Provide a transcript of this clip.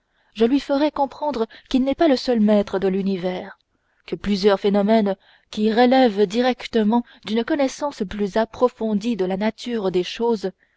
je lui ferai comprendre qu'il n'est pas le seul maître de l'univers que plusieurs phénomènes qui relèvent directement d'une connaissance plus approfondie de la nature des choses